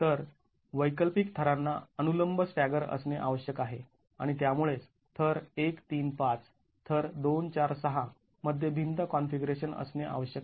तर वैकल्पिक थरांना अनुलंब स्टॅगर असणे आवश्यक आहे आणि त्यामुळेच थर १ ३ ५ थर २ ४ ६ मध्ये भिंत कॉन्फिगरेशन असणे आवश्यक आहे